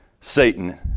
Satan